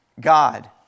God